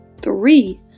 three